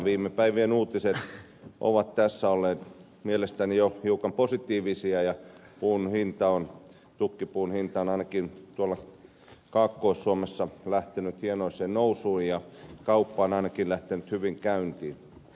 viime päivien uutiset ovat tässä olleet mielestäni jo hiukan positiivisia ja tukkipuun hinta on ainakin tuolla kaakkois suomessa lähtenyt hienoiseen nousuun ja kauppa on ainakin lähtenyt hyvin käyntiin